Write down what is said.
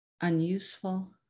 unuseful